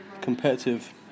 competitive